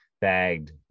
bagged